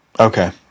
Okay